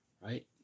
right